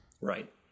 Right